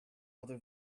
other